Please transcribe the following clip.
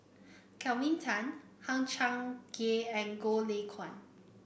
Kelvin Tan Hang Chang Chieh and Goh Lay Kuan